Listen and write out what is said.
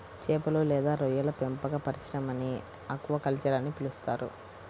చేపలు లేదా రొయ్యల పెంపక పరిశ్రమని ఆక్వాకల్చర్ అని పిలుస్తారు